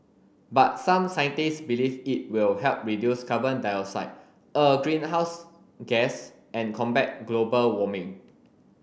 but some scientists believe it will help reduce carbon dioxide a greenhouse gas and combat global warming